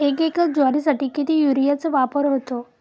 एक एकर ज्वारीसाठी किती युरियाचा वापर होतो?